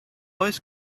oes